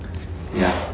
ya